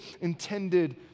intended